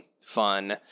Fun